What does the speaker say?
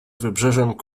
wybrzeżem